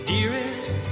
Dearest